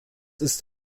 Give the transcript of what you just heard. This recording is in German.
ist